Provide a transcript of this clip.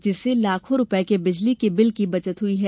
जिससे लाखों रूपये के बिजली बिल की बचत हुई है